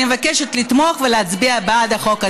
אני מבקשת לתמוך בחוק ולהצביע בעד החוק הזה.